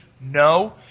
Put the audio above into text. No